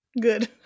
Good